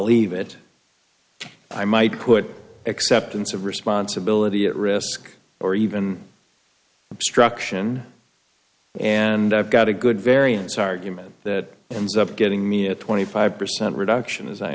leave it i might put acceptance of responsibility at risk or even obstruction and i've got a good variance argument that ends up getting me a twenty five percent reduction as i